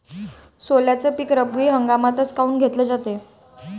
सोल्याचं पीक रब्बी हंगामातच काऊन घेतलं जाते?